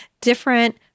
different